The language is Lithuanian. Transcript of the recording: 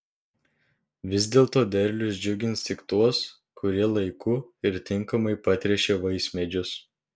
vis dėlto derlius džiugins tik tuos kurie laiku ir tinkamai patręšė vaismedžius